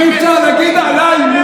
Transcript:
אי-אפשר לקרוא לפרופ'